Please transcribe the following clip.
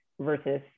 versus